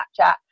Snapchat